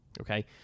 Okay